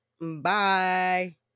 Bye